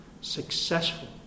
successful